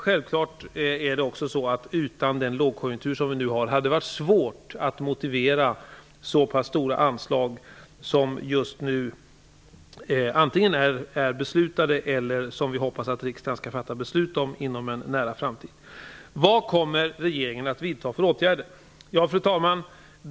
Självfallet hade det utan den lågkonjunktur som vi nu har varit svårt motivera så pass stora anslag som just nu antingen är beslutade eller som vi hoppas att riksdagen skall fatta beslut om inom en nära framtid. Elving Andersson frågar: Vilka åtgärder kommer regeringen att vidta?